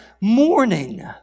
mourning